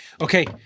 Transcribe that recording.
Okay